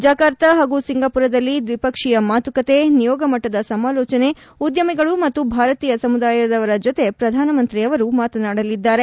ಜಕಾರ್ತ ಹಾಗೂ ಸಿಂಗಾಪುರದಲ್ಲಿ ದ್ವಿಪಕ್ಷೀಯ ಮಾತುಕತೆ ನಿಯೋಗಮಟ್ಟದ ಸಮಾಲೋಚನೆ ಉದ್ಯಮಿಗಳು ಮತ್ತು ಭಾರತೀಯ ಸಮುದಾಯದ ಜತೆ ಪ್ರಧಾನಮಂತ್ರಿ ಅವರು ಮಾತನಾಡಲಿದ್ದಾರೆ